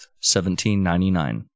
1799